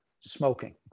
smoking